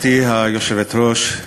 גברתי היושבת-ראש,